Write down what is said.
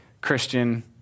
Christian